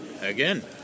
Again